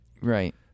Right